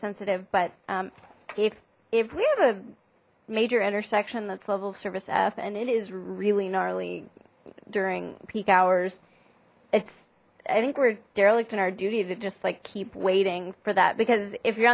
sensitive but if if we have a major intersection that's level service f and it is really gnarly during peak hours it's i think we're derelict in our duty to just like keep waiting for that because if you're